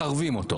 מחרבים אותו.